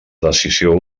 decisió